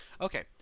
Okay